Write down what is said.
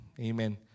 Amen